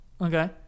Okay